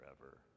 forever